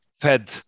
Fed